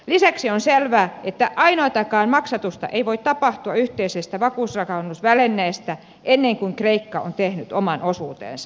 lisäksi on selvää että ainoatakaan maksatusta ei voi tapahtua yhteisestä vakausrahoitusvälineestä ennen kuin kreikka on tehnyt oman osuutensa